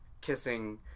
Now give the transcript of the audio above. kissing